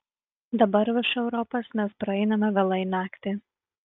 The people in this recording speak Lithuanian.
dabar virš europos mes praeiname vėlai naktį